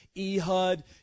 Ehud